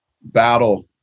battle